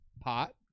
pot